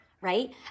right